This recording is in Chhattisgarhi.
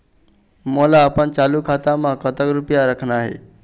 मोला अपन चालू खाता म कतक रूपया रखना हे?